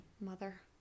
mother